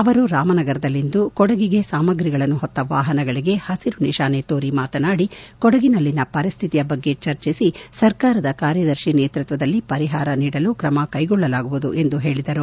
ಅವರು ರಾಮನಗರದಲ್ಲಿಂದು ಕೊಡಗಿಗೆ ಸಾಮಗ್ರಿಗಳನ್ನು ಹೊತ್ತ ವಾಹನಗಳಿಗೆ ಹಸಿರು ನಿಶಾನೆ ತೋರಿ ಮಾತನಾಡಿ ಕೊಡಗಿನಲ್ಲಿನ ಪರಿಸ್ಥಿತಿಯ ಬಗ್ಗೆ ಚರ್ಚಿಸಿ ಸರ್ಕಾರದ ಕಾರ್ಯದರ್ತಿ ನೇತೃತ್ವದಲ್ಲಿ ಪರಿಹಾರ ನೀಡಲು ತ್ರಮ ಕೈಗೊಳ್ಳಲಾಗುವುದು ಎಂದು ಹೇಳಿದರು